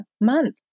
month